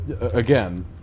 again